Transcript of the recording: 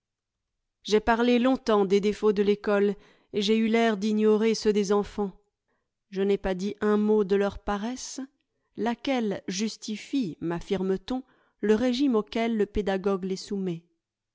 j'ai parlé longuement des défauts de l'ecole et j'ai eu l'air d'ignorer ceux des enfants je n'ai pas dit un mot de leur paresse laquelle justifie maffirme t on le régime auquel le pédagogue les soumet